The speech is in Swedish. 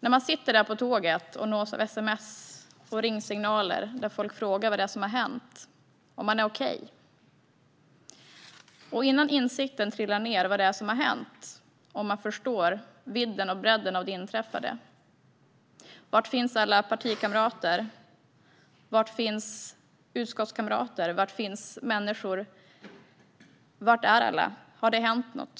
mig när jag satt där på tåget och nåddes av sms och samtal där folk frågade vad som hänt och om jag var okej. Detta var innan jag kommit till insikt om vad som hänt och innan jag förstått vidden av det inträffade. Var finns alla partikamrater? Var finns utskottskamraterna? Var finns människor? Var är alla? Har det hänt något?